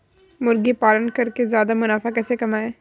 मुर्गी पालन करके ज्यादा मुनाफा कैसे कमाएँ?